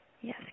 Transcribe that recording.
Yes